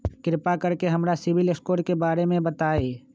कृपा कर के हमरा सिबिल स्कोर के बारे में बताई?